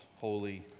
holy